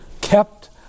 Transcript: kept